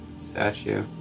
statue